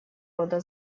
рода